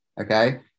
Okay